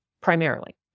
primarily